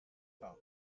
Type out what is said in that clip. klar